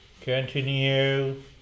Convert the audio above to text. continue